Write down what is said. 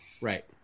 right